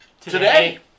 Today